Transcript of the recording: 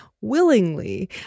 willingly